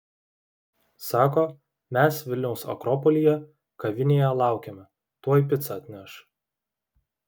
sako mes vilniaus akropolyje kavinėje laukiame tuoj picą atneš